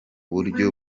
buryo